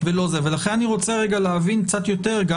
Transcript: ולכן אני רוצה להבין כרגע קצת יותר גם